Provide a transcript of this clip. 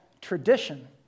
tradition